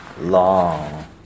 long